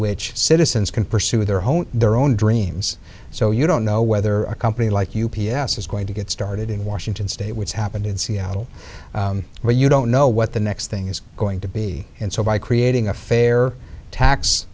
which citizens can pursue their own their own dreams so you don't know whether a company like u p s is going to get started in washington state which happened in seattle where you don't know what the next thing is going to be and so by creating a fair tax